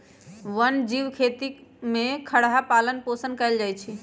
वन जीव खेती में खरहा पालन पोषण कएल जाइ छै